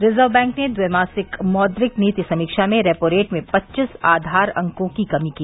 reserve bank ने ट्वैमासिक मौद्रिक नीति समीक्षा में रेपोरेट में पच्चीस आधार अंकों की कमी की